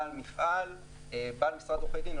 בעל מפעל או משרד עורכי דין.